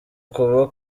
kuba